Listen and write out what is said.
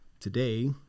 Today